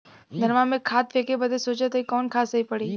धनवा में खाद फेंके बदे सोचत हैन कवन खाद सही पड़े?